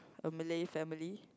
a Malay family